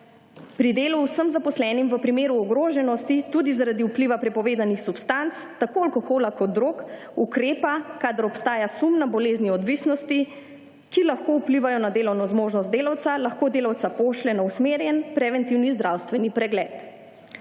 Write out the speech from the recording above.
pri delu vsem zaposlenim v primeru ogroženosti tudi zaradi vpliva prepovedanih substanc, tako alkohola kot drog, ukrepa kadar obstaja sum na bolezni odvisnosti, ki lahko vplivajo na delovno zmožnost delavca, lahko delava pošlje na usmerjen, preventivni zdravstveni pregled.